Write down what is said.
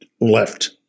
left